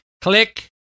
Click